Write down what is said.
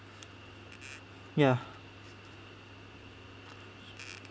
ya